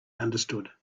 understood